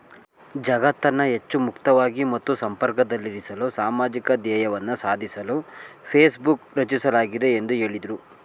ಜಗತ್ತನ್ನ ಹೆಚ್ಚು ಮುಕ್ತವಾಗಿ ಮತ್ತು ಸಂಪರ್ಕದಲ್ಲಿರಿಸಲು ಸಾಮಾಜಿಕ ಧ್ಯೇಯವನ್ನ ಸಾಧಿಸಲು ಫೇಸ್ಬುಕ್ ರಚಿಸಲಾಗಿದೆ ಎಂದು ಹೇಳಿದ್ರು